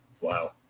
wow